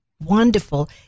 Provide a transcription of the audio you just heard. wonderful